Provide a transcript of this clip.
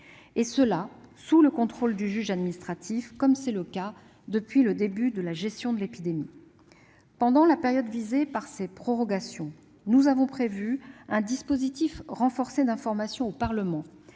et ce sous le contrôle du juge administratif, comme c'est le cas depuis le début de la crise sanitaire. Pendant la période visée par ces prorogations, nous avons prévu un dispositif d'information du Parlement